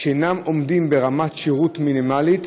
שאינם עומדים ברמת שירות מינימלית